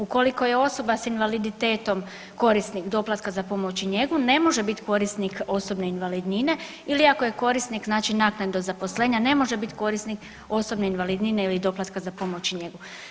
Ukoliko je osoba sa invaliditetom korisnik doplatka za pomoć i njegu ne može biti korisnik osobne invalidnine ili ako je korisnik znači naknada zaposlenja ne može bit korisnik osobne invalidnine i doplatka za pomoć i njegu.